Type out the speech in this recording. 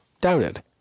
doubted